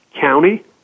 county